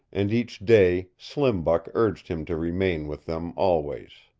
and each day slim buck urged him to remain with them always.